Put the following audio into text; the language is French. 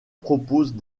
proposent